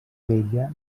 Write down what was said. vella